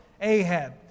Ahab